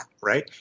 right